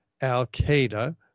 Al-Qaeda